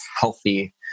healthy